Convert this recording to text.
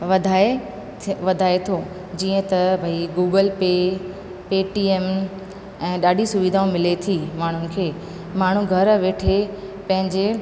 वधाए वधाए थो जीअं त भई गूगल पे पेटीएम ऐं ॾाढी सुविधाऊं मिले थी माण्हुनि खे माण्हू घरि वेठे पंहिंजे